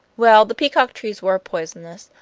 well, the peacock trees were poisonous.